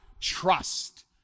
Trust